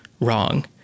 wrong